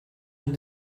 and